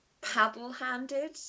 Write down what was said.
paddle-handed